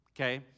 okay